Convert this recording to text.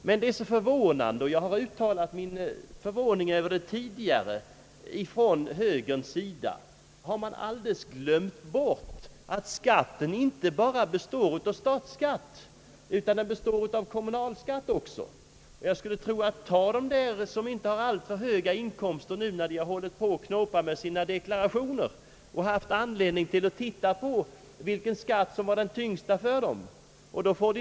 Det är emellertid förvånande — jag har även tidigare uttalat min förvåning däröver — att man från högerpartiets sida alldeles glömt bort att skatten inte bara utgörs av statsskatt utan även av kommunalskatt. När människor med inte alltför stora inkomster nyligen knåpade med sina deklarationer, fick de tillfälle att se vilken skatt som är den tyngsta.